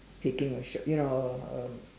taking a short you know a um